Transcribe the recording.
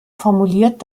formuliert